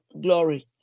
glory